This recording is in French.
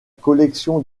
collection